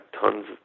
tons